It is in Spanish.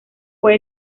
fue